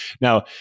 now